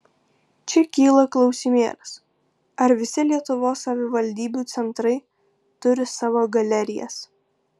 čia kyla klausimėlis ar visi lietuvos savivaldybių centrai turi savo galerijas